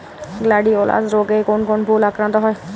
Gladiolus রোগে কোন কোন ফুল আক্রান্ত হয়?